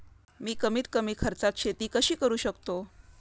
मी कमीत कमी खर्चात शेती कशी करू शकतो?